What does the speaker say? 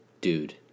dude